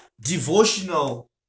devotional